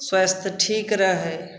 स्वस्थ ठीक रहै